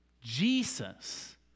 Jesus